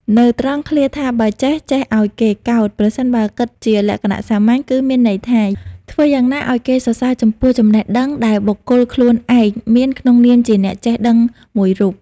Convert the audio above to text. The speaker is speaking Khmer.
នៅត្រង់ឃ្លាថា បើចេះ ចេះឲ្យគេកោត ប្រសិនបើគិតជាលក្ខណៈសាមញ្ញគឺមានន័យថា ធ្វើយ៉ាងណាឲ្យគេសរសើរចំពោះចំណេះដឹងដែលបុគ្គលខ្លួនឯងមាន ក្នុងនាមជាអ្នកចេះដឹងមួយរូប។